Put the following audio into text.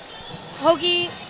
Hoagie